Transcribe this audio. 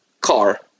car